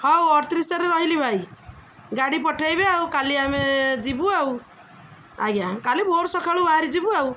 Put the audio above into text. ହଉ ଅଠତିରିଶରେ ରହିଲି ଭାଇ ଗାଡ଼ି ପଠେଇବେ ଆଉ କାଲି ଆମେ ଯିବୁ ଆଉ ଆଜ୍ଞା କାଲି ଭୋର ସକାଳୁ ବାହାରି ଯିବୁ ଆଉ